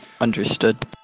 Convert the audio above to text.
Understood